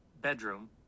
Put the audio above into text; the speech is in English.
bedroom